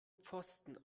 pfosten